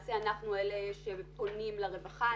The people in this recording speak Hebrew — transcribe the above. למעשה אנחנו אלה שפונים לרווחה.